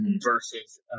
versus